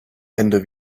ende